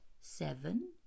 seven